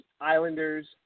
Islanders